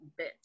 bitch